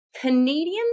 Canadians